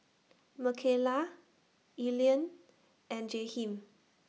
Makayla Aline and Jaheem